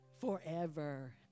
Forever